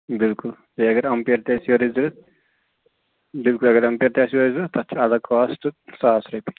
بِلکُل بیٚیہِ اگر اَمپیر تہِ آسہِ یورٕے ضروٗرت بِلکُل اگر اَمپیر تہِ آسہِ یورٕے ضروٗرت تَتھ چھُ اَلگ کاسٹ ساس رۄپیہِ